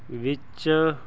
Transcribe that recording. ਵਿੱਚ